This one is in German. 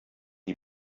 die